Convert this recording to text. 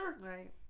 right